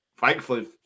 thankfully